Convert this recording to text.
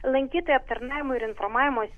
lankytojų aptarnavimo ir informavimo